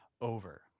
over